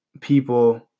people